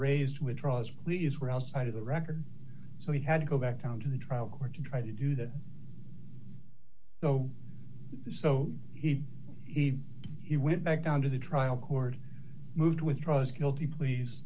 raise with draws please were outside of the record so he had to go back down to the trial court to try to do that so so he he he went back down to the trial court moved withdraw his guilty plea